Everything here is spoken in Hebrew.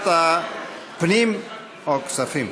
בוועדת הפנים או הכספים.